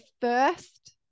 first